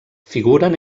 figuren